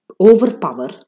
overpower